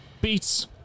Beats